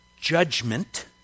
judgment